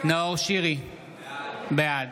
נאור שירי, בעד